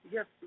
Yes